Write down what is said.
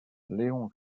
léon